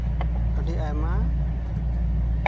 ᱟᱹᱰᱤ ᱟᱭᱢᱟ